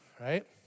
right